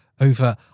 over